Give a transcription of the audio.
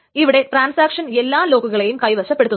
ഇവിടെ ട്രാൻസാക്ഷൻ എല്ലാ ലോക്കുകളെയും കൈവശപ്പെടുത്തുന്നു